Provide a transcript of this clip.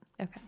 Okay